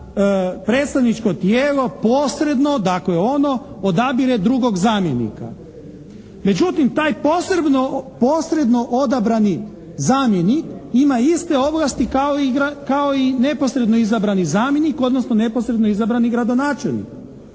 predstavničko tijelo posredno, dakle ono odabire drugog zamjenika. Međutim taj posredno odabrani zamjenik ima iste ovlasti kao i neposredno izabrani zamjenik odnosno neposredno izabrani gradonačelnik.